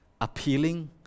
appealing